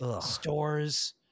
stores